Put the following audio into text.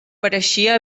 pareixia